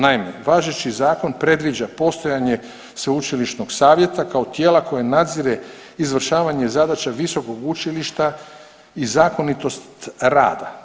Naime, važeći zakon predviđa postojanje sveučilišnog savjeta kao tijela koje nadzire izvršavanje zadaća visokog učilišta i zakonitost rada.